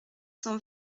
cent